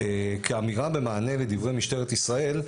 כאמירה במענה לדברי משטרת ישראל,